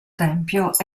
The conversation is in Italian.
tempio